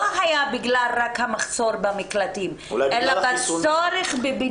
לא היה בגלל רק המחסור במקלטים, אלא בצורך בבידוד.